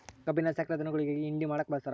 ಕಬ್ಬಿಲ್ಲಿ ಸಕ್ರೆ ಧನುಗುಳಿಗಿ ಹಿಂಡಿ ಮಾಡಕ ಬಳಸ್ತಾರ